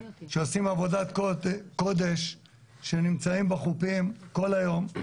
שעושים עבודת קודש ונמצאים בחופים כל היום,